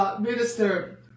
Minister